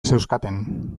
zeuzkaten